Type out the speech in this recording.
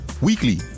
Weekly